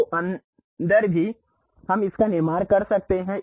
तो अंदर भी हम इसका निर्माण कर सकते हैं